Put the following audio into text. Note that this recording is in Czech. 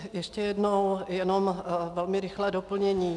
Ještě jednou jenom velmi rychlé doplnění.